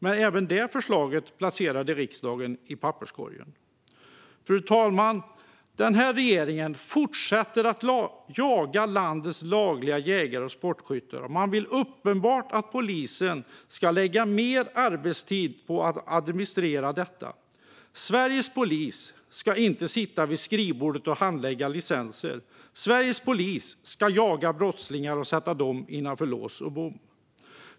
Men även det förslaget placerade riksdagen i papperskorgen. Fru talman! Den här regeringen fortsätter att jaga landets lagliga jägare och sportskyttar. Man vill uppenbart att polisen ska lägga mer arbetstid på att administrera detta. Men Sveriges polis ska inte sitta vid skrivbordet och handlägga licenser. Sveriges polis ska jaga brottslingar och sätta dem innanför lås och bom.